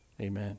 Amen